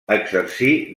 exercí